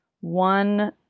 One